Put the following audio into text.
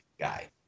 guy